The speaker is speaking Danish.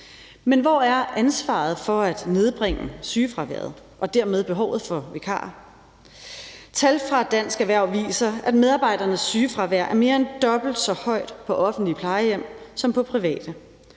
Men hvor er ansvaret for at nedbringe sygefraværet og derved behovet for vikarer? Tal fra Dansk Erhverv viser, at medarbejdernes sygefravær er mere end dobbelt så højt på offentlige plejehjem som på private.